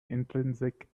intrinsic